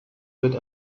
wird